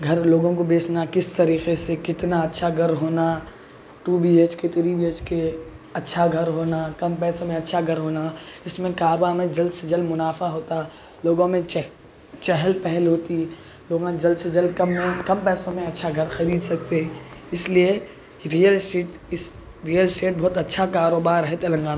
گھر لوگوں کو بیچنا کس طریقے سے کتنا اچّھا گھر ہونا two B H K three B H K اچّھا گھر ہونا کم پیسوں میں اچّھا گھر ہونا اس میں کاروبار میں جلد سے جلد منافع ہوتا لوگوں میں چہل پہل ہوتی لوگوں میں جلد سے جلد کم میں کم پیسوں میں اچّھا گھر خرید سکتے اس لیے ریئل اسٹیٹ اس ریئل اسٹیٹ بہت اچّھا کاروبار ہے تلنگانہ